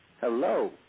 hello